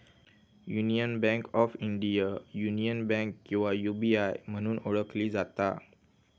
union bank of India, union bank किंवा UBI म्हणून ओळखली जाता